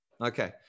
Okay